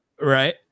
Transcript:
right